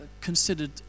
considered